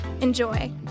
Enjoy